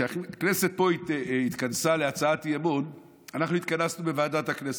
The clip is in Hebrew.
כשהכנסת פה התכנסה להצעת אי-אמון אנחנו התכנסנו בוועדת הכנסת.